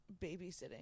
babysitting